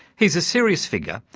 he's a serious figure,